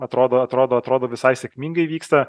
atrodo atrodo atrodo visai sėkmingai vyksta